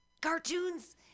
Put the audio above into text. cartoons